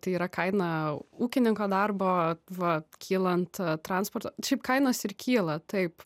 tai yra kaina ūkininko darbo va kylant transporto šiaip kainos ir kyla taip